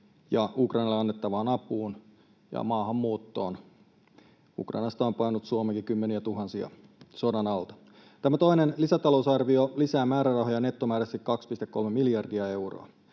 Ukrainalle annettavaan apuun ja maahanmuuttoon. Ukrainasta on paennut Suomeenkin kymmeniätuhansia sodan alta. Tämä toinen lisätalousarvio lisää määrärahoja nettomääräisesti 2,3 miljardia euroa.